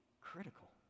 critical